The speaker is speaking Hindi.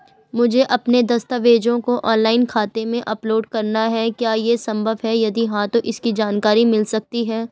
मुझे अपने दस्तावेज़ों को ऑनलाइन खाते में अपलोड करना है क्या ये संभव है यदि हाँ तो इसकी जानकारी मिल सकती है?